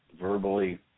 verbally